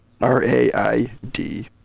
r-a-i-d